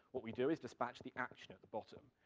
what we do is dispatch the action at the bottom.